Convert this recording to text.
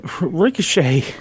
Ricochet